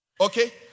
Okay